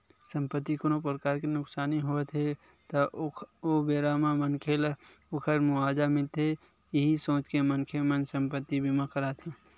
संपत्ति कोनो परकार ले नुकसानी होवत हे ता ओ बेरा म मनखे ल ओखर मुवाजा मिलथे इहीं सोच के मनखे मन संपत्ति बीमा कराथे